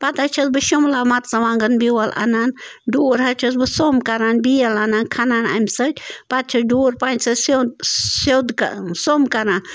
پتہٕ حظ چھَس بہٕ شُملا مرژٕوانٛگن بیول اَنان ڈوٗر حظ چھَس بہٕ سوٚمب کَران بیل اَنان کھنان اَمہِ سۭتۍ پتہٕ چھَس ڈوٗر پنٛجہِ سۭتۍ سیوٚد سیوٚد سوٚمب کَران